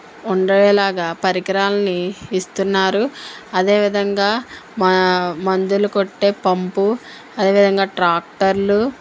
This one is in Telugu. ఉండేలాగా పరికరాలని ఇస్తున్నారు అదేవిధంగా మా మందులు కొట్టు పంపు అదేవిధంగా ట్రాక్టర్లు